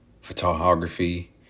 photography